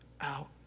out